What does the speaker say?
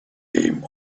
name